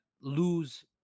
lose